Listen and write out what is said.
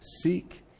seek